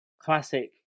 classic